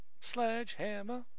Sledgehammer